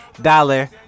dollar